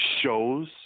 shows